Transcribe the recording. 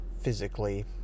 physically